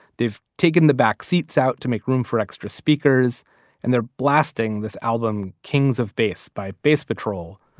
they've taken the back seats out to make room for extra speakers and they're blasting this album, kings of bass by bass patrol.